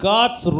God's